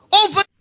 over